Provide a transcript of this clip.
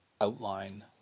outline